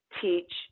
teach